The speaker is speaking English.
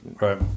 Right